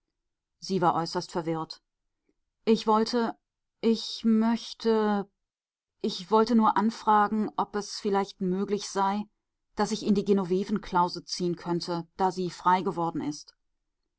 sie war äußerst verwirrt ich wollte ich möchte ich wollte nur anfragen ob es vielleicht möglich sei daß ich in die genovevenklause ziehen könnte da sie frei geworden ist